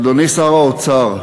אדוני שר האוצר,